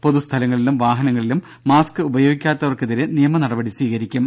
പൊതുസ്ഥലങ്ങളിലും വാഹനങ്ങളിലും മാസ്ക് ഉപയോഗിക്കാത്തവർക്കെതിരെ നിയമ നടപടി സ്വീകരിക്കും